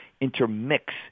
intermix